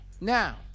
Now